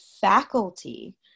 faculty